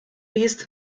jest